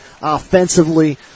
offensively